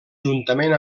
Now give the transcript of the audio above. juntament